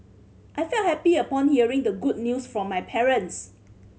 I felt happy upon hearing the good news from my parents